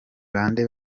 bande